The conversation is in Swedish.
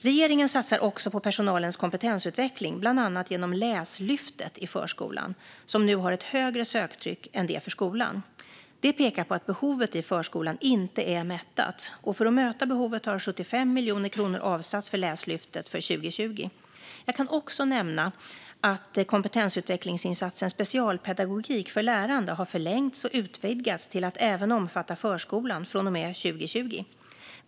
Regeringen satsar också på personalens kompetensutveckling, bland annat genom Läslyftet i förskolan, som nu har ett högre söktryck än det för skolan. Det pekar på att behovet i förskolan inte är mättat, och för att möta behovet har 75 miljoner kronor avsatts för Läslyftet för 2020. Jag kan också nämna att kompetensutvecklingsinsatsen Specialpedagogik för lärande har förlängts och utvidgats till att även omfatta förskolan från och med 2020.